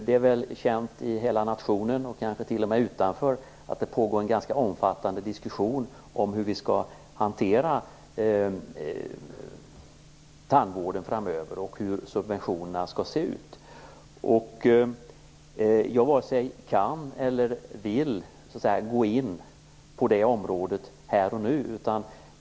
Det är väl känt i hela nationen, och kanske t.o.m. utanför, att det pågår en ganska omfattande diskussion om hur vi skall hantera tandvården framöver och om hur subventionerna skall se ut. Jag varken kan eller vill gå in på det området här och nu.